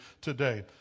today